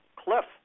cliff